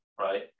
right